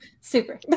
Super